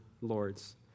lords